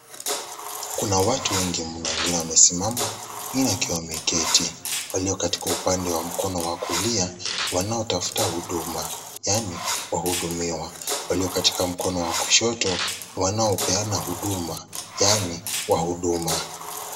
Kuna watu wengi mna wengine wamesimama wengine wakiwa wameketi, walio katika upande wa mkono wa kulia wanaotafta huduma, yaani wahudumiwa walio katika mkono wa kushoto wanaopeana huduma yaani wahuduma.